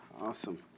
Awesome